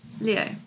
Leo